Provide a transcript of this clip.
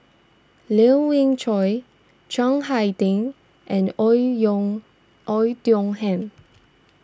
Lien Ying Chow Chiang Hai Ding and Oei Yong Oei Tiong Ham